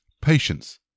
patience